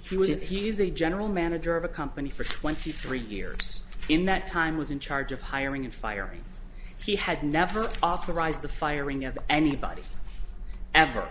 he was and he is the general manager of a company for twenty three years in that time was in charge of hiring and firing he had never authorized the firing of anybody ever